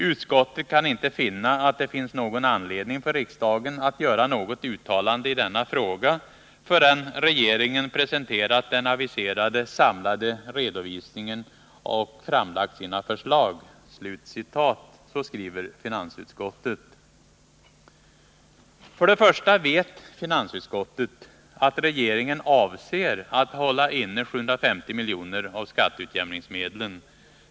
Utskottet kan inte finna att det finns någon anledning för riksdagen att göra något uttalande i denna fråga förrän regeringen presenterat den aviserade samlade redovisningen och framlagt sina förslag”, skriver finansutskottet. För det första vet finansutskottet att regeringen avser att hålla inne 750 miljoner av skatteutjämningsmedlen.